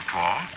Paul